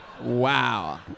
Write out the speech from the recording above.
Wow